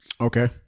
Okay